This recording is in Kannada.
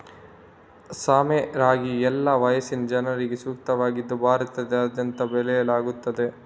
ಸಾಮೆ ರಾಗಿ ಎಲ್ಲಾ ವಯಸ್ಸಿನ ಜನರಿಗೆ ಸೂಕ್ತವಾಗಿದ್ದು ಭಾರತದಾದ್ಯಂತ ಬೆಳೆಯಲಾಗ್ತಿದೆ